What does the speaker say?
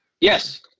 Yes